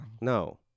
No